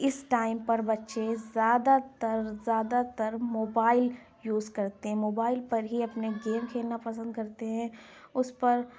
اس time پر بچے زیادہ تر زیادہ تر موبائل یوز کرتے ہیں موبائل پر ہی اپنے گیم کھیلنا پسند کرتے ہیں اس پر